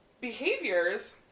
behaviors